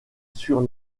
sur